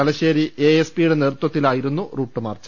Thalassery A S P യുടെ നേതൃത്വത്തിലായിരുന്നു route march